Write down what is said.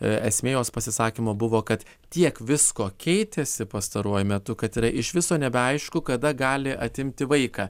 esmė jos pasisakymo buvo kad tiek visko keitėsi pastaruoju metu kad yra iš viso nebeaišku kada gali atimti vaiką